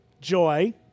joy